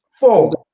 Four